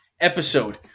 episode